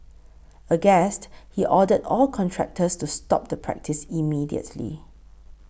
aghast he ordered all contractors to stop the practice immediately